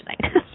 tonight